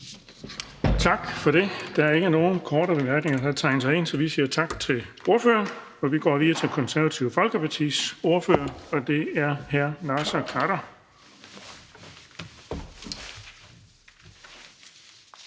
Tak for det. Der er ikke flere korte bemærkninger. Vi siger tak til ordføreren. Og vi går videre til Konservative Folkepartis ordfører, og det er fru Birgitte